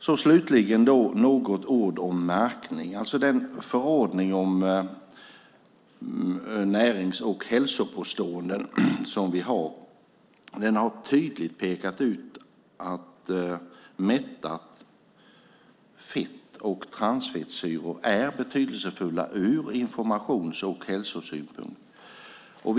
Slutligen ska jag säga något om märkning. Den förordning om närings och hälsopåståenden som vi har och som är betydelsefull ur hälso och informationssynpunkt har tydligt pekat ut mättat fett och transfettsyror.